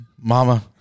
Mama